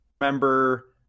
Remember